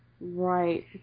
Right